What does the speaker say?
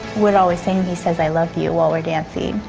would always say, and he says i love you while we're dancing.